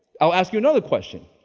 i'll ask you another question.